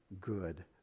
good